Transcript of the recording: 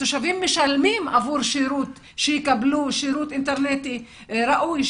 התושבים משלמים עבור שירות אינטרנטי ראוי,